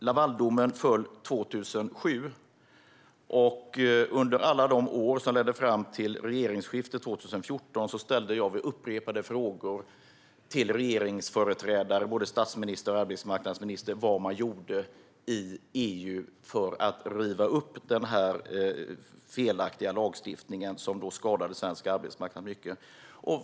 Lavaldomen föll 2007, och under alla de år som ledde fram till regeringsskiftet 2014 ställde jag vid upprepade tillfällen frågor till regeringsföreträdare - både statsministern och arbetsmarknadsministern - om vad man gjorde i EU för att riva upp denna felaktiga lagstiftning, som skadade svensk arbetsmarknad svårt.